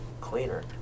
cleaner